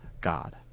God